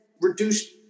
reduced